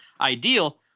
ideal